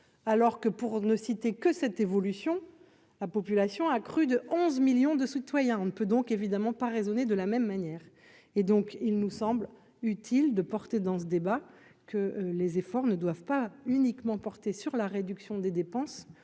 alors que, pour ne citer que cette évolution, la population a crû de 11 millions de citoyens, on ne peut donc évidemment pas raisonner de la même manière, et donc il nous semble utile de porter dans ce débat que les efforts ne doivent pas uniquement porter sur la réduction des dépenses,